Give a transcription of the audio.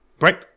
Right